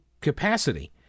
capacity